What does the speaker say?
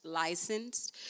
licensed